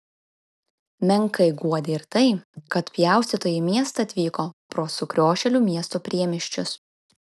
menkai guodė ir tai kad pjaustytojai į miestą atvyko pro sukriošėlių miesto priemiesčius